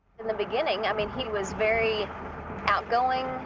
in the beginning, i mean, he was very outgoing,